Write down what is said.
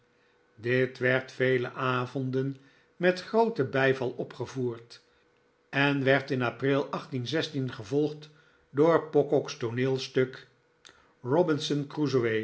dit werd vele avonden met grooten bijval opgevoerd en werd in april gevolgd door pocock's tooneelstuk